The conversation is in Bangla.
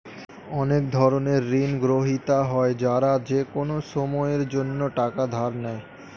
অনেক ধরনের ঋণগ্রহীতা হয় যারা যেকোনো সময়ের জন্যে টাকা ধার নেয়